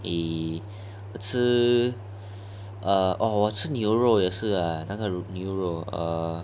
eh uh 我吃牛肉也是 ah 那个牛肉 ah